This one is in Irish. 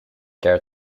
deir